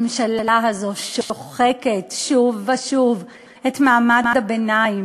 הממשלה הזאת שוחקת שוב ושוב את מעמד הביניים